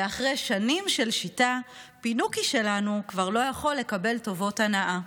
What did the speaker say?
ואחרי שנים של שיטה פינוקי שלנו כבר לא יכול לקבל טובות הנאה.